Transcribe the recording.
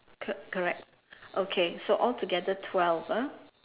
c~ correct okay so all together twelve ah